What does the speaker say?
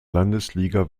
landesliga